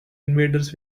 invaders